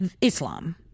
Islam